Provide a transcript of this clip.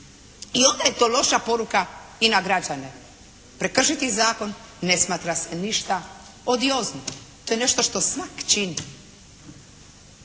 i onda je to loša poruka i na građane. Prekršiti zakon ne smatra se ništa odiozno. To je nešto što svak čini,